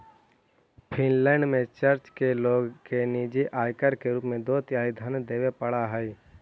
Finland में church के लोग के निजी आयकर के रूप में दो तिहाई धन देवे पड़ऽ हई